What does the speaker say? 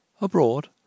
abroad